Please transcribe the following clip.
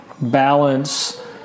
balance